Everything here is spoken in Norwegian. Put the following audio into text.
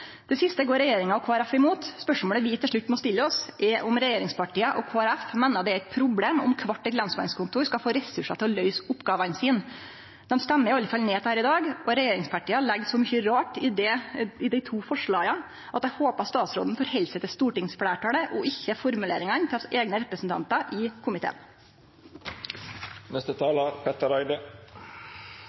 siste går regjeringa og Kristeleg Folkeparti imot. Spørsmålet vi til slutt må stille oss, er om regjeringspartia og Kristeleg Folkeparti meiner det er eit problem om kvart lensmannskontor skal få ressursar til å løyse oppgåvene sine. Dei stemmer i alle fall ned dette i dag, og regjeringspartia legg så mykje rart i dei to første forslaga at eg håpar statsråden tek omsyn til stortingsfleirtalet og ikkje til formuleringane til hans eigne representantar i